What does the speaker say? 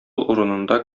урынында